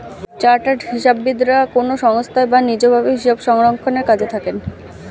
chartered হিসাববিদরা কোনো সংস্থায় বা নিজ ভাবে হিসাবরক্ষণের কাজে থাকেন